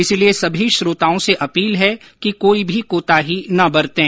इसलिए सभी श्रोताओं से अपील है कि कोई भी कोताही न बरतें